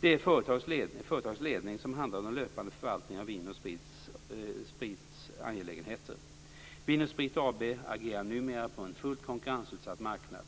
Det är företagets ledning som handhar den löpande förvaltningen av Vin & Sprit AB:s angelägenheter. Vin och Sprit AB agerar numera på en fullt konkurrensutsatt marknad.